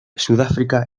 sudáfrica